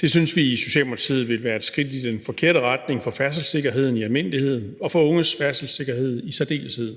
Det synes vi i Socialdemokratiet vil være et skridt i den forkerte retning for færdselssikkerheden i almindelighed og for unges færdselssikkerhed i særdeleshed.